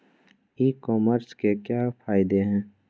ई commerce के क्या फायदे हैं?